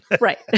Right